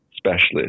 Specialist